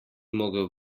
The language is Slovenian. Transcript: mogel